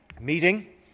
meeting